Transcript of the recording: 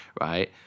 right